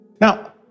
Now